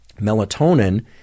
Melatonin